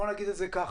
אני מסכים.